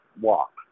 walk